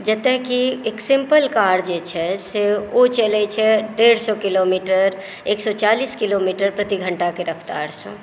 जतय कि एक सिम्पल कार छै से ओ चलय छै डेढ़ सौ किलोमीटर एक सौ चालीस किलोमीटर प्रति घण्टाकेँ रफ्तार सँ